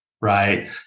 right